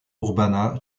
urbana